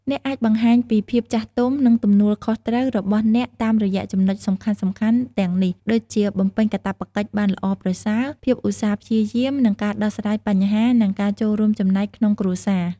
អ្នកអាចបង្ហាញពីភាពចាស់ទុំ និងទំនួលខុសត្រូវរបស់អ្នកតាមរយៈចំណុចសំខាន់ៗទាំងនេះ ដូចជា បំពេញកាតព្វកិច្ចបានល្អប្រសើរ ភាពឧស្សាហ៍ព្យាយាម និងការដោះស្រាយបញ្ហា និងការចូលរួមចំណែកក្នុងគ្រួសារ។